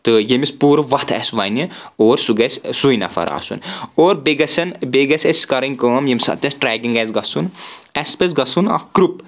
تہٕ ییٚمِس پوٗرٕ وَتھ آسہِ وۄنہِ اور سُہ گژھِ سُے نفر آسُن اور بیٚیہِ گژھن بیٚیہِ گژھِ اَسہِ کرٕنۍ کٲم ییٚمہِ ساتہٕ اَسہِ ٹریکنگ آسہِ گژھُن اَسہِ پزِ گژھُن اَکھ گرُپ